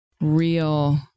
real